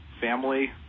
family